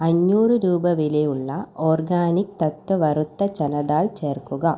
അഞ്ഞൂറ് രൂപ വിലയുള്ള ഓർഗാനിക് തത്വ വറുത്ത ചന ദാൽ ചേർക്കുക